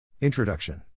Introduction